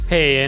Hey